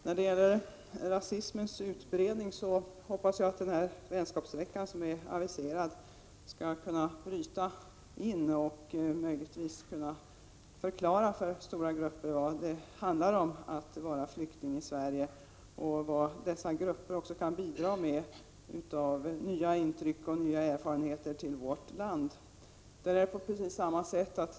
När det gäller rasismens utbredning hoppas jag att den aviserade vänskapsveckan skall bidra till att väcka insikt hos stora grupper om vad det innebär att vara flykting i Sverige och om vad invandrargrupperna kan = Prot. 1986/87:119 tillföra vårt land i form av nya intryck och nya erfarenheter.